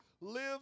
live